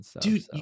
Dude